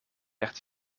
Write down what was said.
werd